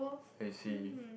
I see